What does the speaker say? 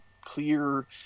clear